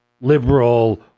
liberal